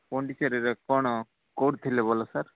ପଣ୍ଡିଚେରୀରେ କ'ଣ କୋଉଠି ଥିଲେ ବୋଇଲେ ସାର୍